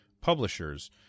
publishers